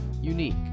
unique